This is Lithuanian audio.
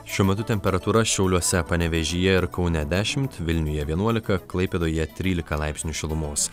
šiuo metu temperatūra šiauliuose panevėžyje ir kaune dešimt vilniuje vienuolika klaipėdoje trylika laipsnių šilumos